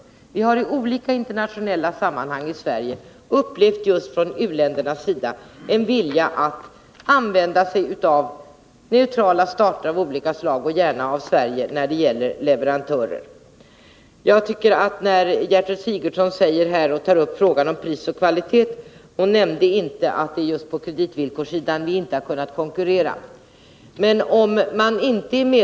Vi har i olika internationella sammanhang från u-ländernas sida upplevt en vilja att använda sig av neutrala stater och gärna Sverige som leverantörer. Gertrud Sigurdsen tog upp frågan om pris och kvalitet. Men hon nämnde inte att vi just på kreditvillkorssidan inte har kunnat konkurrera.